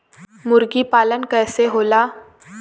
मुर्गी पालन कैसे होला?